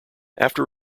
after